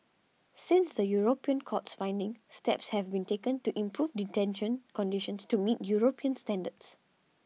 since the European court's findings steps have been taken to improve detention conditions to meet European standards